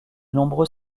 nombreux